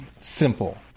simple